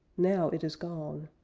now it is gone!